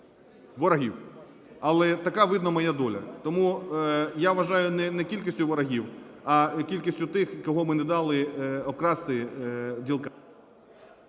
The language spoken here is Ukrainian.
ворогів, але така видно моя доля. Тому, я вважаю, не кількістю ворогів, а кількістю тих, кого ми не дали обкрасти ділкам.